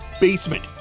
BASEMENT